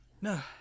No